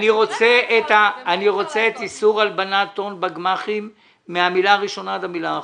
אני רוצה את איסור הלבנת הון בגמ"חים מהמילה הראשונה עד המילה האחרונה.